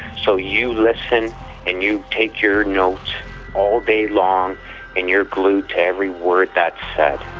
so you listen and you take your notes all day long and you're glued to every word that's said.